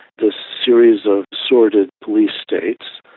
this series of sordid police states.